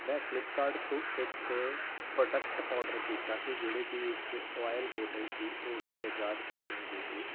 ਮੈਂ ਫਲਿੱਪਕਾਰਟ ਤੋਂ ਇੱਕ ਪ੍ਰੋਡਕਟ ਆਡਰ ਕੀਤਾ ਸੀ ਜਿਹੜੀ ਕਿ ਇੱਕ ਓਆਈਐਲ ਬੋਟਲ ਸੀ ਉਹ ਕਿ ਬਜਾਜ ਕੰਪਨੀ ਦੀ ਸੀ